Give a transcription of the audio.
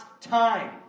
time